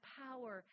power